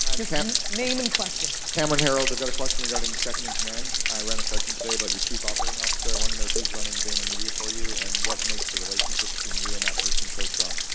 just um name and question. cameron herold, i've got a question regarding second in command. i ran a session today about your chief operating officer. i wanna know who is running vaynermedia for you and what makes the relationship between you and that person so strong.